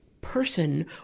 person